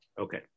Okay